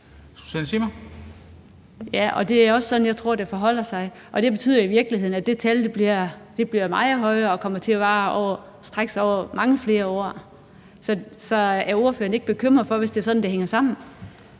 det er også sådan, jeg tror det forholder sig, og det betyder i virkeligheden, at det tal bliver meget højere, og at det kommer til at strække sig over mange flere år. Så er ordføreren ikke bekymret, hvis det er sådan, det hænger sammen?